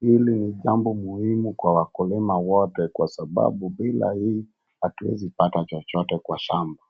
Hili ni jambo muhimu kwa wakulima wote kwa sababu bila hii hatuwezi pata chochote kwa shamba.